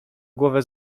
głowę